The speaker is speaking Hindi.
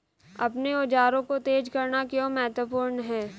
अपने औजारों को तेज करना क्यों महत्वपूर्ण है?